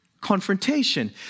confrontation